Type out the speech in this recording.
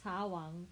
茶王